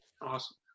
Awesome